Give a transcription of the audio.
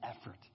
effort